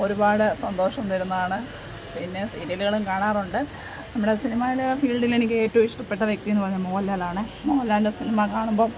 ഒരുപാട് സന്തോഷം തരുന്നതാണ് പിന്നെ സീരിയലുകളും കാണാറുണ്ട് നമ്മുടെ സിനിമയിൽ ഫീൽഡിൽ എനിക്ക് ഏറ്റവും ഇഷ്ടപ്പെട്ട വ്യക്തി എന്ന് പറഞ്ഞാൽ മോഹൻലാൽ ആണ് മോഹൻലാലിൻ്റെ സിനിമ കാണുമ്പം